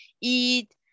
eat